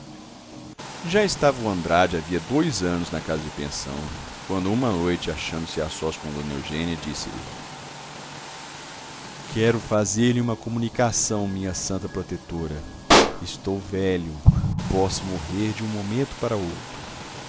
já estava o andrade havia dois anos na casa de pensão quando uma noite achando-se a sós com dona eugênia disse-lhe quero fazer-lhe urna comunicação minha santa protetora estou velho posso morrer de um momento para outro